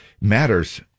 matters